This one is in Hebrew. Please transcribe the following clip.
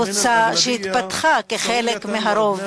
קבוצה שהתפתחה כחלק מהרוב,